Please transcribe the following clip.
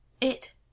It